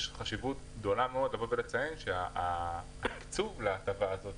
יש חשיבות גדולה מאוד לציין שהתקצוב להטבה זו,